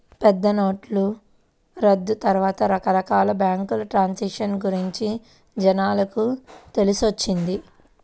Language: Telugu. పెద్దనోట్ల రద్దు తర్వాతే రకరకాల బ్యేంకు ట్రాన్సాక్షన్ గురించి జనాలకు తెలిసొచ్చింది